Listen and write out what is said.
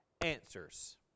answers